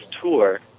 tour